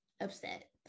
upset